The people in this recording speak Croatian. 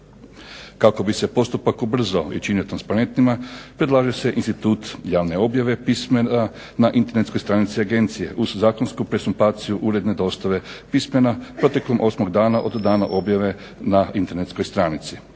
Kako bi se postupak ubrzao i činio transparentnijim predlaže se institut javne objave pismena na internetskoj stranici agencije uz zakonsku presumpciju uredne dostave pismena protekom osmog dana od dana objave na internetskoj stranici.